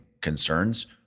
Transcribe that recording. concerns